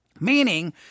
Meaning